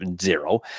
zero